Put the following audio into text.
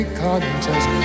contest